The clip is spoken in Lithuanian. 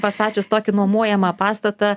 pastačius tokį nuomojamą pastatą